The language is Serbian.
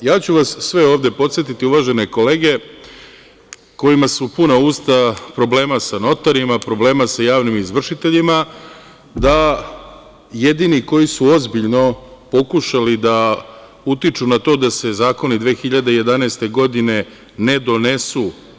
Podsetiću vas sve ovde, uvažene kolege, kojima su puna usta problema sa notarima, problema sa javnim izvršiteljima, da su jedini bili advokati koji su ozbiljno pokušali da utiču na to da se zakoni 2011. godine ne donesu.